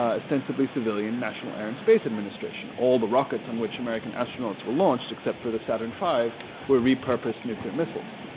ostensibly civilian national air and space administration. all the rockets on which american astronauts were launched except for the saturn v were repurposed nuclear missiles.